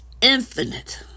infinite